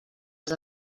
els